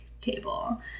table